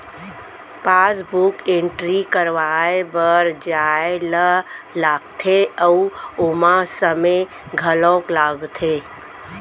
passbook entry करवाए बर जाए ल लागथे अउ ओमा समे घलौक लागथे